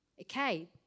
Okay